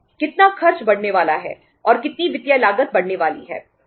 कितना खर्च बढ़ने वाला है और कितनी वित्तीय लागत बढ़ने वाली है